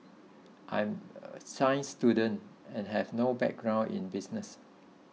I'm a science student and have no background in business